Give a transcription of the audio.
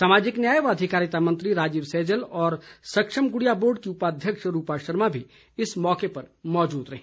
सामाजिक न्याय व अधिकारिता मंत्री राजीव सैजल और सक्षम गुड़िया बोर्ड की उपाध्यक्ष रूपा शर्मा भी इस मौके पर मौजूद रहीं